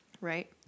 Right